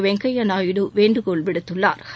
வெங்கைய நாயுடு வேண்டுகோள் விடுத்துள்ளா்